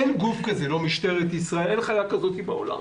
אין גוף כזה, אין חיה כזאת בעולם